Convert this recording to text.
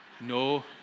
no